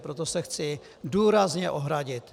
Proto se chci důrazně ohradit.